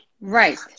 Right